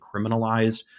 criminalized